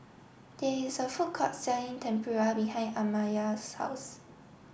there is a food court selling Tempura behind Amaya's house